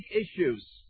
issues